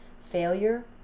failure